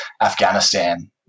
afghanistan